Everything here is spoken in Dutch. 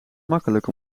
makkelijk